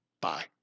bye